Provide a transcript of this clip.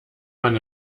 man